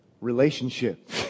relationship